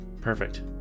Perfect